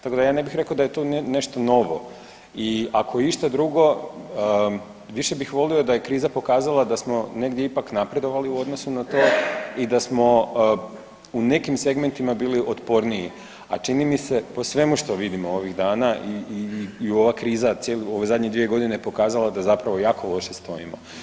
Tako da ja ne bih rekao da je to nešto novo i ako išta drugo više bih volio da je kriza pokazala da smo negdje ipak napredovali u odnosu na to i da smo u nekim segmentima bili otporniji, a čini mi se po svemu što vidim ovih dana i, i, i ova kriza zadnje 2 godine pokazala da zapravo jako loše stojimo.